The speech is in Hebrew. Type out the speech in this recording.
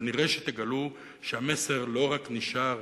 כנראה תגלו שהמסר לא רק נשאר